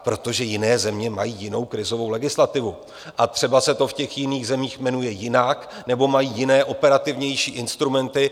Protože jiné země mají jinou krizovou legislativu a třeba se to v těch jiných zemích jmenuje jinak, nebo mají jiné, operativnější instrumenty.